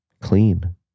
clean